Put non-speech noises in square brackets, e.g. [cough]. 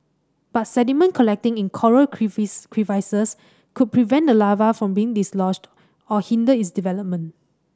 but sediment collecting in coral [unintelligible] crevices could prevent the larva from being dislodged or hinder its development